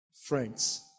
Friends